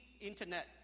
internet